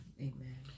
Amen